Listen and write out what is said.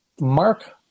Mark